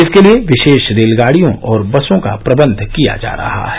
इसके लिए विशेष रेलगाड़ियों और बसों का प्रबंध किया जा रहा है